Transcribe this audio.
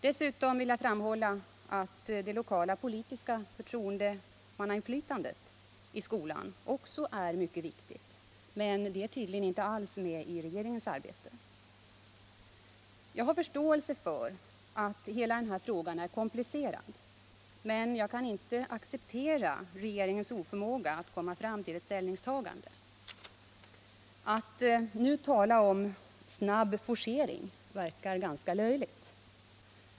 Dessutom vill jag framhålla att det lokala politiska förtroendemannainflytandet i skolan också är mycket viktigt, men det är tydligen inte alls med i regeringens arbete. Jag har förståelse för att hela denna fråga är komplicerad, men jag kan inte acceptera regeringens oförmåga att komma till ett ställningstagande. Att nu tala om snabb forcering verkar ganska löjligt.